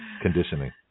Conditioning